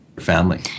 family